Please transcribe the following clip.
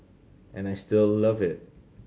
and I still love it